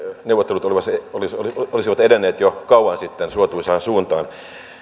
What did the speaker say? neuvottelut olisivat edenneet jo kauan sitten suotuisaan suuntaan